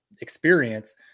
experience